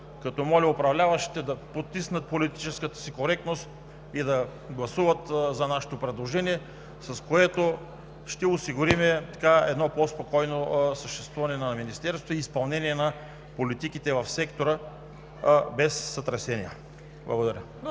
като моля управляващите да потиснат политическата си коректност и да гласуват за нашето предложение, с което ще осигурим по-спокойно съществуване на Министерството и изпълнение на политиките в сектора без сътресения. Благодаря.